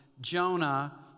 Jonah